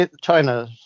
China